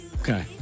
Okay